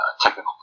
technical